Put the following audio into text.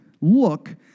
look